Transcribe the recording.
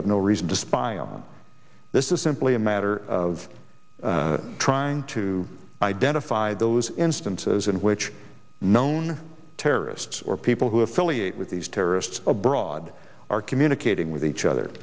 have no reason to spy on this is simply a matter of trying to identify those instances in which known terrorists or people who have to liaise with these terrorists abroad are communicating with each other